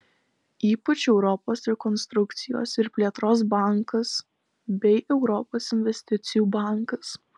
ypač europos rekonstrukcijos ir plėtros bankas bei europos investicijų bankas